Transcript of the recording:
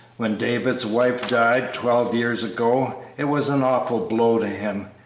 when david's wife died, twelve years ago, it was an awful blow to him.